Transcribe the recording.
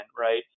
right